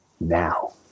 Now